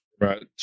right